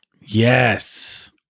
yes